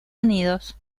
unidos